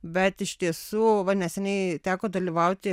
bet iš tiesų va neseniai teko dalyvauti